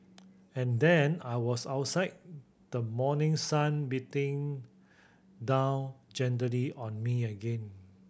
and then I was outside the morning sun beating down gently on me again